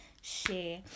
share